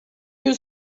you